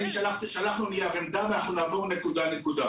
שלחנו נייר עמדה ואנחנו נעבור נקודה-נקודה.